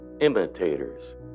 imitators